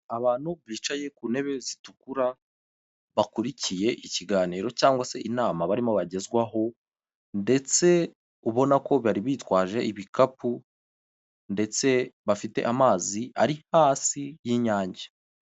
Abantu bicaye ku ntebe zitukura bakurikiye ikiganiro cyangwa se inama barimo bagezwaho ndetse ubona ko bari bitwaje ibikapu ndetse bafite amazi ari hasi y'inyange.